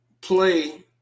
play